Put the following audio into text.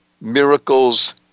miracles